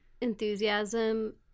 enthusiasm